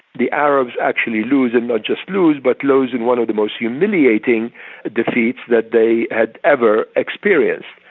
the arabs actually lose, not just lose, but lose in one of the most humiliating defeats that they had ever experienced.